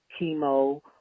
chemo